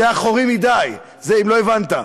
זה אחורי מדי, אם לא הבנת.